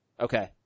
Okay